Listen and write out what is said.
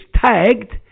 tagged